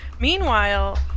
Meanwhile